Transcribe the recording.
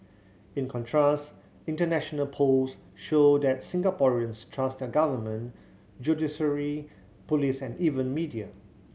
in contrast international polls show that Singaporeans trust their government judiciary police and even media